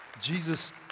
Jesus